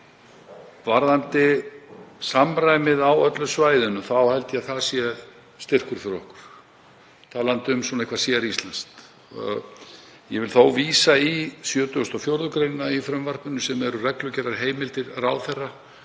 Varðandi samræmið á öllu svæðinu held ég að það sé styrkur fyrir okkur, talandi um eitthvað séríslenskt. Ég vil þó vísa í 74. gr. í frumvarpinu sem eru reglugerðarheimildir ráðherra